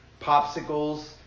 popsicles